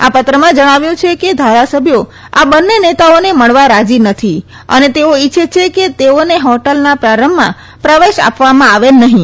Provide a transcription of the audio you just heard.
આ પત્રમાં જણાવાયું છે કે ધારાસભ્યો આ બંને નેતાઓને મળવા રાજી નથી અને તેઓ ઇચ્છે છે કે તેઓને હોટલના પ્રારંભમાં પ્રવેશ આપવામાં આવે નહીં